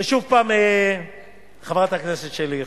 ושוב, חברת הכנסת שלי יחימוביץ.